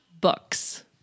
books